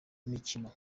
imikino